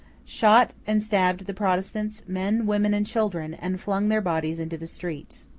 shot and stabbed the protestants, men, women, and children, and flung their bodies into the streets.